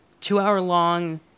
two-hour-long